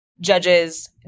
judges